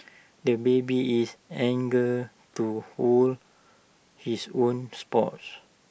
the baby is anger to hold his own spoons